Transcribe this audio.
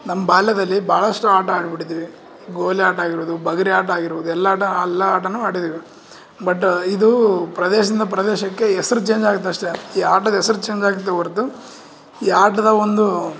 ನಮ್ಮ ಬಾಲ್ಯದಲ್ಲಿ ಭಾಳಷ್ಟು ಆಟ ಆಡ್ಬಿಟ್ಟಿದ್ದೀವಿ ಗೋಲಿ ಆಟ ಆಗಿರ್ಬೌದು ಬುಗುರಿ ಆಟ ಆಗಿರ್ಬೌದು ಎಲ್ಲ ಆಟ ಎಲ್ಲ ಆಟನೂ ಆಡಿದ್ದೀವಿ ಬಟ್ ಇದು ಪ್ರದೇಶದಿಂದ ಪ್ರದೇಶಕ್ಕೆ ಹೆಸ್ರ್ ಚೇಂಜ್ ಆಗತ್ತೆ ಅಷ್ಟೇ ಈ ಆಟದ ಹೆಸ್ರ್ ಚೇಂಜ್ ಆಗುತ್ತೆ ಹೊರ್ತು ಈ ಆಟದ ಒಂದು